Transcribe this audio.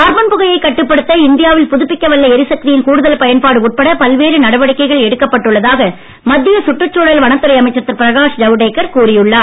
carbon புகையைக் கட்டுப்படுத்த இந்தியாவில் புதுப்பிக்க வல்ல ளரிசக்தியின் கூடுதல் பயன்பாடு உட்பட பல்வேறு நடவடிக்கைகள் எடுக்கப்பட்டுள்ளதாக மத்திய சுற்றுச்சூழல் வனத்துறை அமைச்சர் திரு பிரகாஷ் ஜவடேகர் கூறி உள்ளார்